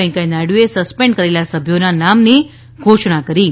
વેંકૈયા નાયડુએ સસ્પેન્ડ કરેલા સભ્યોના નામની ઘોષણા કરી હતી